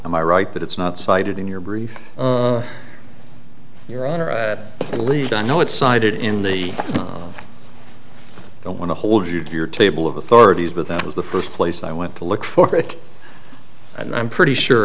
am i right that it's not cited in your brief your honor at least i know it's cited in the i don't want to hold you to your table of authorities but that was the first place i went to look for it and i'm pretty sure